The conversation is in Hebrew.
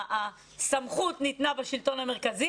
הסמכות ניתנה בשלטון המרכזי,